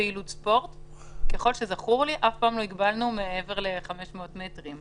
פעילות ספורט אף פעם לא הגבלנו מעבר ל-500 מטר.